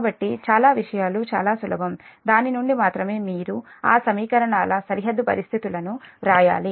కాబట్టి విషయాలు చాలా సులభం దాని నుండి మాత్రమే మీరు ఆ సమీకరణాల సరిహద్దు పరిస్థితులను వ్రాయాలి